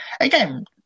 again